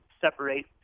separate